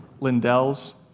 Lindell's